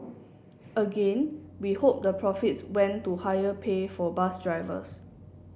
again we hope the profits went to higher pay for bus drivers